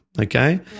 okay